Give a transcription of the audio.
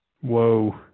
Whoa